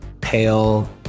pale